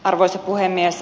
arvoisa puhemies